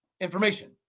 information